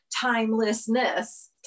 timelessness